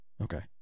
Okay